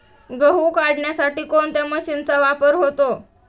गहू काढण्यासाठी कोणत्या मशीनचा वापर होतो?